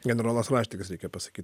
generolas raštikis reikia pasakyt